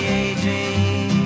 aging